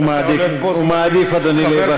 הוא מעדיף, אדוני, להיבחר כאן.